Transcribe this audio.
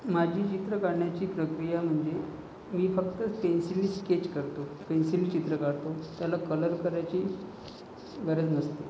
माझी चित्र काढण्याची प्रक्रिया म्हणजे मी फक्त पेन्सिलनेच स्केच करतो पेन्सिल चित्र काढतो त्याला कलर करायची गरज नसते